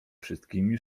wszystkimi